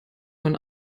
man